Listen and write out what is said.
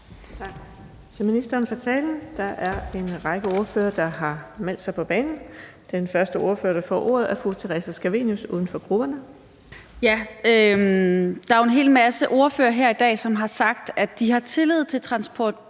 til ministeren for talen. Der er en række ordførere, der har meldt sig på banen. Den første er fru Theresa Scavenius, uden for grupperne. Kl. 19:37 Theresa Scavenius (UFG): Der er jo en hel masse ordførere her i dag, som har sagt, at de har tillid til Transportministeriets